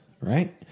right